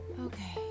Okay